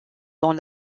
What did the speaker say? dans